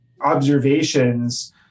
observations